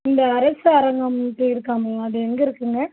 இந்த அரசு அரங்கம்ட்டு இருக்காமே அது எங்கே இருக்குதுங்க